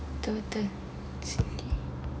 betul-betul sedih